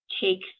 take